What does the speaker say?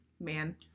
man